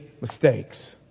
mistakes